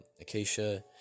Acacia